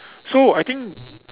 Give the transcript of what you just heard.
so I think